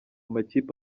makipe